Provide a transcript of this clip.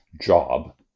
job